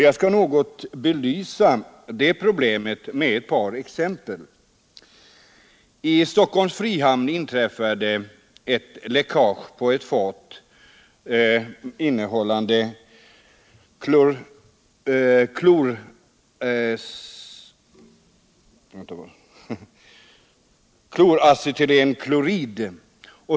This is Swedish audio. Jag skall något belysa det problemet med ett par exempel. I Stockholms frihamn inträffade ett läckage på ett fat, innehållande kloracetylklorid.